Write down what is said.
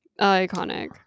iconic